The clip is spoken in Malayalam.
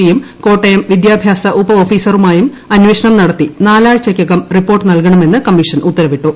പിയും കോട്ടയം വിദ്യാഭ്യാസ ഉപ ഓഫീസറുമായും അന്വേഷണം നടത്തി നാലാഴ്ചയ്ക്കകം റിപ്പോർട്ട് നൽകണമെന്ന് കമ്മീഷൻ ഉത്തരവിട്ടു